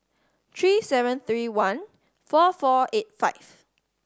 three seven three one four four eight five